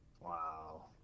Wow